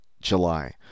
July